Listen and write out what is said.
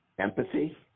empathy